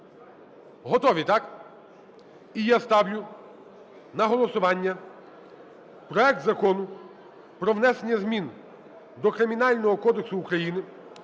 Готові, так? І ставлю на голосування проект Закону про внесення змін до Кримінального кодексу України